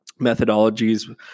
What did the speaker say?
methodologies